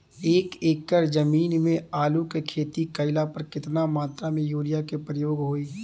एक एकड़ जमीन में आलू क खेती कइला पर कितना मात्रा में यूरिया क प्रयोग होई?